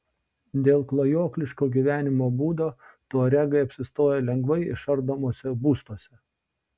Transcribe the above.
dėl klajokliško gyvenimo būdo tuaregai apsistoja lengvai išardomuose būstuose